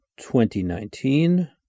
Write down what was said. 2019